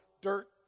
dirt